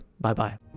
Bye-bye